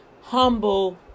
humble